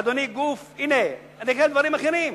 אדוני, גוף, הנה, אני אגיע לדברים אחרים.